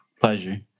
Pleasure